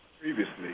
previously